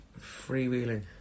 Freewheeling